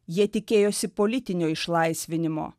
jie tikėjosi politinio išlaisvinimo